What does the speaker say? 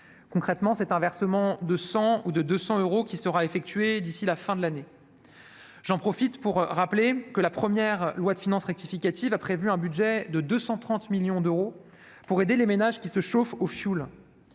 concrètement un versement de 100 ou de 200 euros qui sera effectué d'ici à la fin de l'année. J'en profite pour rappeler que la première LFR pour 2022 a déjà prévu un budget de 230 millions pour aider les ménages qui se chauffent au fioul.